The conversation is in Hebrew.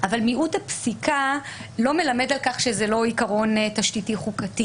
אבל מיעוט הפסיקה לא מלמד על כך שזה לא עיקרון תשתיתי חוקתי